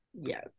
Yes